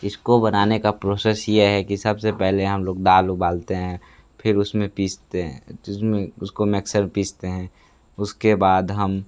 जिसको बनाने का प्रोसेस ये है कि सबसे पहले हम लोग दाल उबालते हैं फिर उसमें पीसते हैं जिसमें उसको मिक्सर पीसते हैं उसके बाद हम